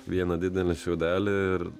vieną didelį šiaudelį ir